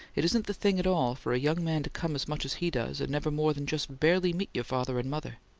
it isn't the thing at all for a young man to come as much as he does, and never more than just barely meet your father and mother.